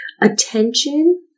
attention